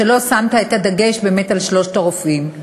שלא שמת את הדגש באמת על שלושת הרופאים.